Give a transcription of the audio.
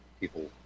people